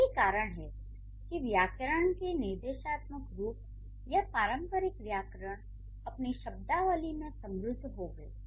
यही कारण है कि व्याकरण के निर्देशात्मक रूप या पारंपरिक व्याकरण अपनी शब्दावली में समृद्ध हो गए